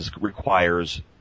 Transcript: requires